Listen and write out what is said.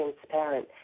transparent